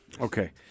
Okay